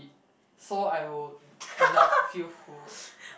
so I will not feel full